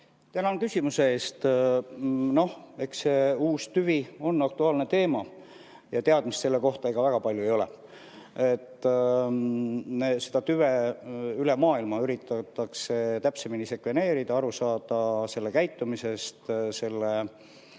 Tänan küsimuse eest! Eks see uus tüvi on aktuaalne teema ja teadmist selle kohta väga palju ei ole. Seda tüve üritatakse üle maailma täpsemini sekveneerida, aru saada selle käitumisest, selle